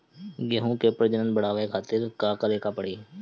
गेहूं के प्रजनन बढ़ावे खातिर का करे के पड़ी?